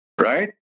right